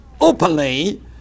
openly